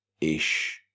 ish